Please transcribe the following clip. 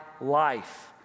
life